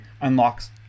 unlocks